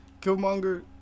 Killmonger